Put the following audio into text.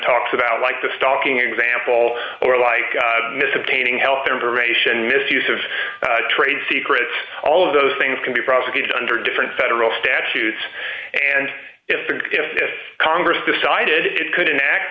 talks about like the stalking example or like ms obtaining health information misuse of trade secrets all of those things can be prosecuted under different federal statute and if the if this congress decided it couldn't act